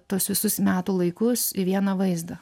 tuos visus metų laikus į vieną vaizdą